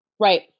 Right